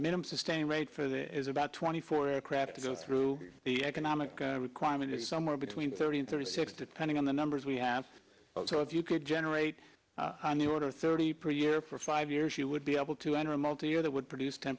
minimum sustain rate for there is about twenty four aircraft to go through the economic climate is somewhere between thirty and thirty six depending on the numbers we have so if you could generate on the order of thirty per year for five years you would be able to enter a multi year that would produce ten